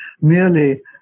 Merely